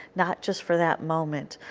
not just for that moment.